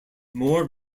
more